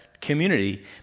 community